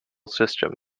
system